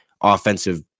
offensive